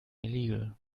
illegal